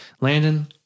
Landon